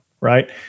right